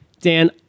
Dan